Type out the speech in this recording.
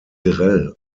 grell